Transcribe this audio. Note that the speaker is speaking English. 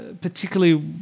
particularly